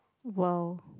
!wow!